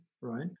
right